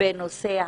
בנושא התעסוקה.